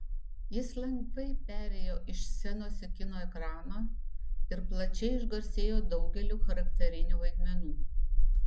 jis lengvai perėjo iš scenos į kino ekraną ir plačiai išgarsėjo daugeliu charakterinių vaidmenų